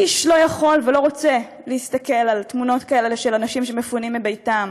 איש לא יכול ולא רוצה להסתכל על תמונות כאלה של אנשים שמפונים מביתם,